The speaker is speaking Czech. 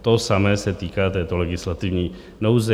To samé se týká této legislativní nouze.